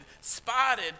spotted